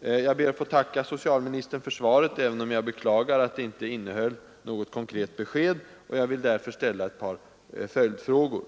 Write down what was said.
Jag ber att få tacka för svaret, även om jag beklagar att det inte innehöll något konkret besked. Jag vill därför ställa ett par följdfrågor.